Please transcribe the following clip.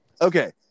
Okay